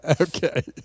Okay